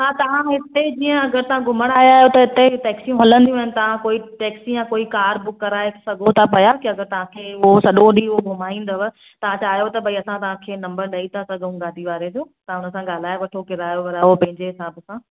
हा तव्हां हिते जीअं अगरि तव्हां घुमण आया आयो त हिते टैक्सियूं हलंदियूं आहिनि तव्हां कोई टैक्सी या कोई कार बुक कराइ सघो था पिया की अगरि तव्हांखे उओ सॾो ॾींहुं उओ घुमाईंदव तव्हां चाहियो त भई असां तव्हांखे नंबर ॾेई था सघूं गाडी वारे जो तव्हां हुनसां ॻाल्हाए वठो किरायो विरायो पंहिंजे हिसाब सां